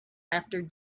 after